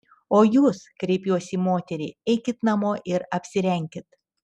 o jūs kreipiuos į moterį eikit namo ir apsirenkit